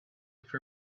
for